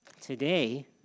Today